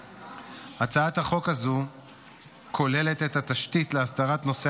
הצעת החוק הזו כוללת את התשתית להסדרת נושא